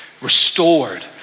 restored